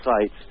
sites